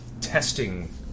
testing